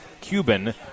Cuban